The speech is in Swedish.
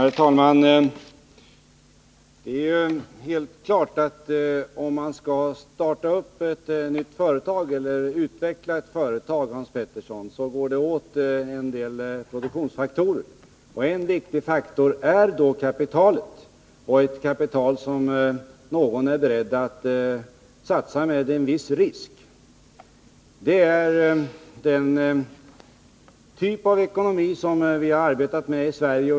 Herr talman! Det är ju helt klart att om man skall starta ett nytt företag eller utveckla ett företag, Hans Petersson i Hallstahammar, går det åt en del produktionsfaktorer. En viktig faktor är ett kapital som någon är beredd att satsa med en viss risk. Det är den typen av ekonomi som vi har arbetat med i Sverige.